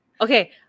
Okay